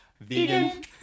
Vegan